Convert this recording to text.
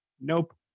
Nope